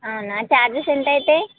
అవునా చార్జెస్ ఎంత అవుతాయి